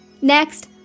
Next